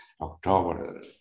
October